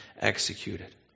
executed